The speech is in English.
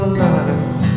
life